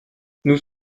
nous